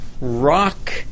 rock